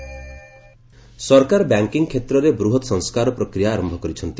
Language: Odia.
ବ୍ୟାଙ୍କ ମର୍ଜର ସରକାର ବ୍ୟାଙ୍କିଙ୍ଗ୍ କ୍ଷେତ୍ରରେ ବୃହତ୍ ସଂସ୍କାର ପ୍ରକ୍ରିୟା ଆରମ୍ଭ କରିଛନ୍ତି